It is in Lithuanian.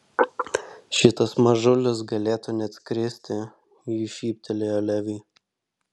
šitas mažulis galėtų net skristi ji šyptelėjo leviui